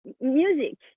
music